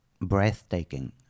breathtaking